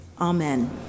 Amen